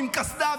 עם קסדה,